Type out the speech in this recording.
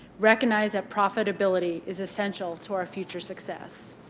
recognize that profitability is essential to our future success